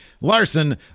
larson